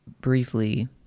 briefly